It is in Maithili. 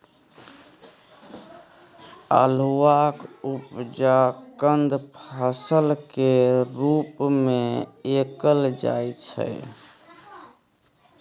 अल्हुआक उपजा कंद फसल केर रूप मे कएल जाइ छै